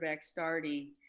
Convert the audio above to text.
starting